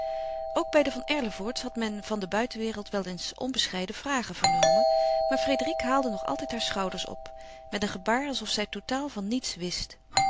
ook bij de van erlevoorts had men van de buitenwereld wel eens onbescheiden vragen vernomen maar frédérique haalde nog altijd haar schouders op met een gebaar alsof zij totaal van niets wist